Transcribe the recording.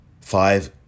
Five